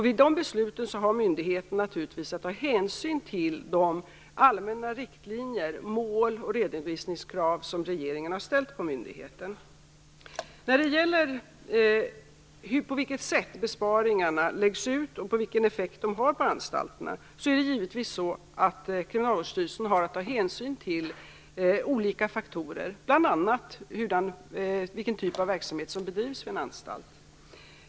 Vid de besluten har myndigheten naturligtvis att ta hänsyn till de allmänna riktlinjer, mål och redovisningskrav som regeringen har ställt på myndigheten. När det gäller på vilket sätt besparingarna läggs ut och vilken effekt de har på anstalterna har Kriminalvårdsstyrelsen givetvis att ta hänsyn till olika faktorer, bl.a. vilken typ av verksamhet som bedrivs vid en anstalt.